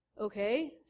okay